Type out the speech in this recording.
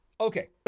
Okay